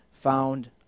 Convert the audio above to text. found